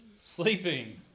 Sleeping